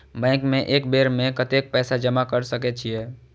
Bank में एक बेर में कतेक पैसा जमा कर सके छीये?